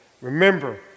Remember